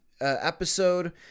episode